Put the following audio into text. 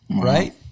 right